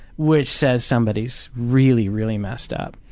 which says somebody's really, really messed up.